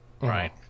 right